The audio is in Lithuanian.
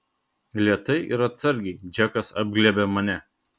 lėtai ir atsargiai džekas apglėbia mane